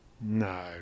No